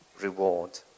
reward